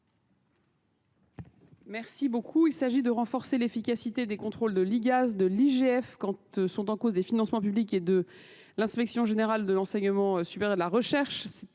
Merci beaucoup. Il s'agit de renforcer l'efficacité des contrôles de l'IGAS, de l'IGF quand ils sont en cause des financements publics et de l'inspection générale de l'enseignement supérieur et de la recherche